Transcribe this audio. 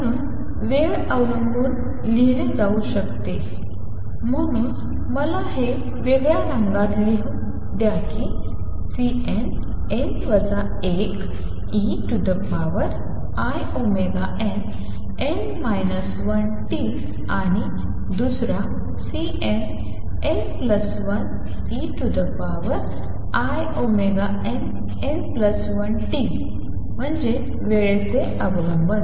म्हणून वेळ अवलंबन लिहिले जाऊ शकते म्हणून मला हे वेगळ्या रंगात लिहू द्या की Cnn 1einn 1t आणि दुसरा Cnn1einn1t म्हणजे वेळेचे अवलंबन